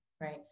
right